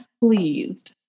pleased